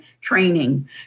training